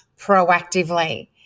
proactively